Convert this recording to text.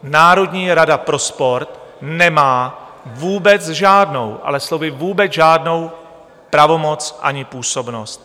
Národní rada pro sport nemá vůbec žádnou, ale slovy vůbec žádnou pravomoc ani působnost.